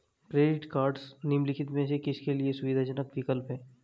Credit cards निम्नलिखित में से किसके लिए सुविधाजनक विकल्प हैं?